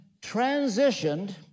transitioned